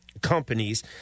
companies